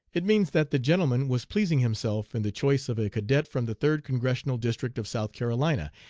it means that the gentleman was pleasing himself in the choice of a cadet from the third congressional district of south carolina,